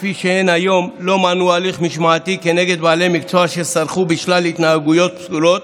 היום לא מנעו הליך משמעתי כנגד בעלי מקצוע שסרחו בשלל התנהגויות פסולות,